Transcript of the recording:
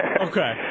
Okay